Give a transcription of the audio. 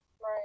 Right